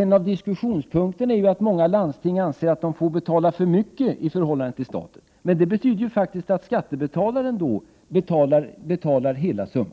En av diskussionspunkterna är ju att många landsting anser att de får betala för mycket i förhållande till staten. Men det betyder faktiskt att skattebetalarna svarar för hela summan.